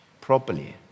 properly